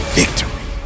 victory